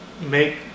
make